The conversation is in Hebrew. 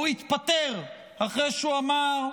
והוא התפטר אחרי שהוא אמר: